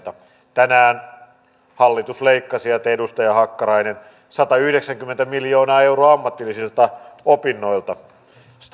tänään hallitus leikkasi ja ja te edustaja hakkarainen satayhdeksänkymmentä miljoonaa euroa ammatillisista opinnoista